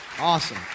Awesome